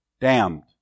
damned